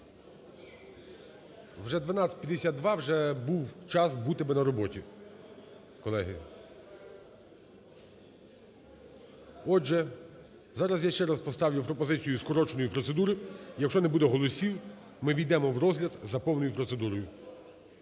Вже 12:52, вже був час бути би на роботі, колеги. Отже, зараз я ще раз поставлю пропозицію скороченої процедури. Якщо не буде голосів, ми ввійдемо в розгляд за повною процедурою.